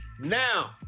now